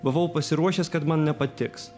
buvau pasiruošęs kad man nepatiks